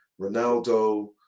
ronaldo